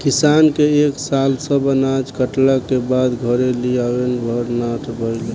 किसान के ए साल सब अनाज कटला के बाद घरे लियावे भर ना भईल